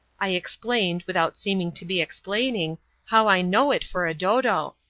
i explained without seeming to be explaining how i know it for a dodo,